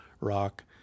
rock